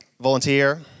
volunteer